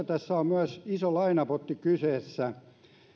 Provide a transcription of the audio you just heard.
tässä on myös iso lainapotti kyseessä